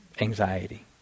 anxiety